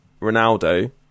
Ronaldo